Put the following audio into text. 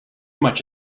much